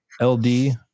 LD